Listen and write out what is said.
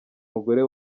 mugore